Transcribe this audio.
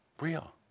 real